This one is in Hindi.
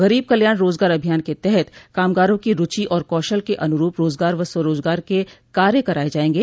गरीब कल्याण रोजगार अभियान के तहत कामगारों की रूचि और कौशल के अनुरूप रोजगार व स्वरोजगार के कार्य कराये जायेंगे